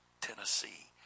Tennessee